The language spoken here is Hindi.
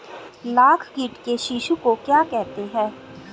लाख कीट के शिशु को क्या कहते हैं?